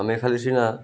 ଆମେ ଖାଲି ସିନା